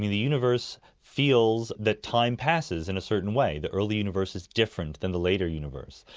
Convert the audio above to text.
the the universe feels that time passes in a certain way. the early universe is different than the later universe,